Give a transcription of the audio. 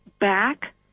back